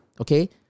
okay